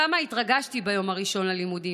כמה התרגשתי ביום הראשון ללימודים.